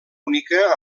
única